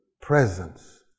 presence